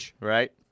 Right